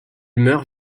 meurt